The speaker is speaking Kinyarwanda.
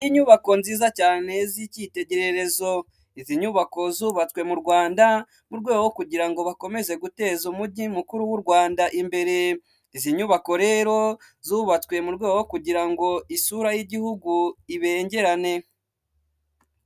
Inyubako nziza cyane z'icyitegererezo. Izi nyubako zubatswe mu Rwanda mu rwego kugira ngo bakomeze guteza umujyi mukuru w'u Rwanda imbere, izi nyubako rero zubatswe mu rwego kugira ngo isura y'igihugu ibengerane.